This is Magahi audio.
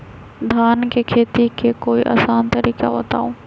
धान के खेती के कोई आसान तरिका बताउ?